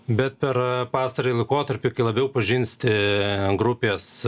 bet per pastarąjį laikotarpį kai labiau pažinsite grupės